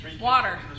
Water